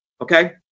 okay